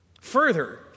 Further